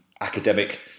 academic